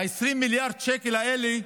20 מיליארד השקלים האלה,